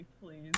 please